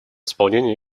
исполнении